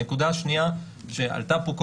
הנקודה השנייה שעלתה פה,